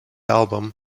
album